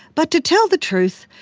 but to tell the truth,